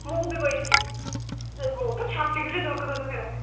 ମୁଁ ବି ବସିଥିଲି ମୋର ତ ଛାତି ଖାଲି ଧକଧକ ହେଲା